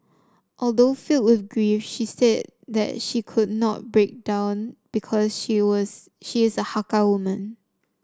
although filled with grief she said that she could not break down because she was she is a Hakka woman